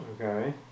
Okay